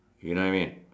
you know what I mean